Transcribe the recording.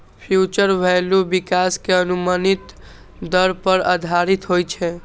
future value विकास के अनुमानित दर पर आधारित होइ छै